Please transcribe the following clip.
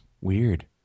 Weird